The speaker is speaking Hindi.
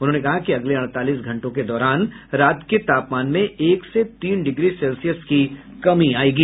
उन्होंने कहा कि अगले अड़तालीस घंटों के दौरान रात के तापमान में एक से तीन डिग्री सेल्सियस की कमी आयेगी